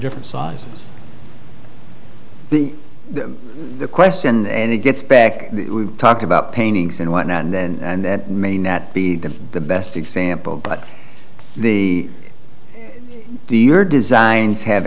different sizes the the question and it gets back we talk about paintings and what not and then and that may not be the best example but the do your designs have